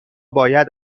باید